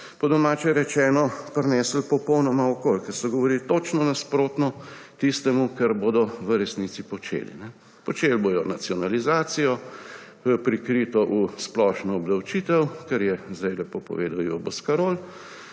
po domače rečeno, prinesli popolnoma okoli, ker so govorili točno nasprotno tistemu, kar bodo v resnici počeli. Počeli bodo nacionalizacijo, prikrito splošno obdavčitev, kar je zdaj lepo povedal Ivo Boscarol.